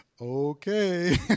Okay